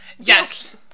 Yes